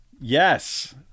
Yes